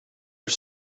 are